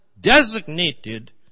designated